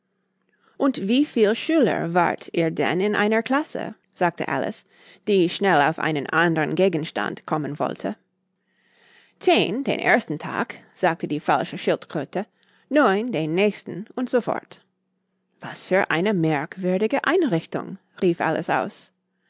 und wie viel schüler wart ihr denn in einer klasse sagte alice die schnell auf einen andern gegenstand kommen wollte zehn den ersten tag sagte die falsche schildkröte neun den nächsten und so fort was für eine merkwürdige einrichtung rief alice aus